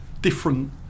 different